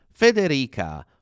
Federica